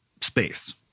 space